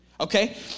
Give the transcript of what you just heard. Okay